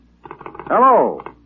Hello